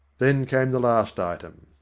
then came the last item.